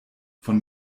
von